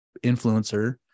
influencer